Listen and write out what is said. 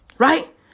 Right